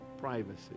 privacy